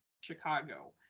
Chicago